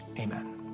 Amen